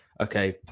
Okay